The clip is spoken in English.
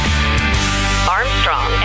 Armstrong